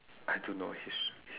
I don't know his